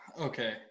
okay